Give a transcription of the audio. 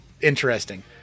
Interesting